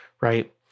right